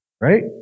Right